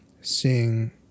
seeing